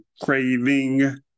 craving